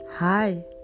Hi